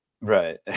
right